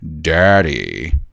daddy